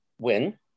win